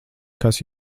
kas